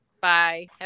Bye